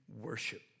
worship